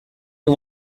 you